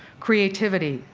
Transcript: creativity,